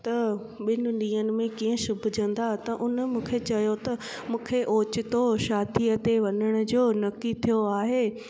त ॿिनि ॾींहनि में कीअं सुबजंदा त उन मूंखे चयो त मूंखे ओचितो शादीअ ते वञण जो नकी थियो आहे